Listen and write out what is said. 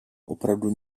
opravdu